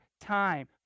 time